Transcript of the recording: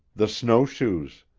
the snowshoes.